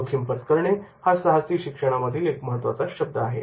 जोखीम पत्करणे हा साहसी शिक्षणामधील एक महत्त्वाचा शब्द आहे